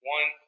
One